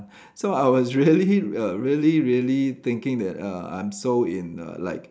so I was really err really really thinking that uh I'm so in a like